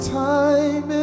time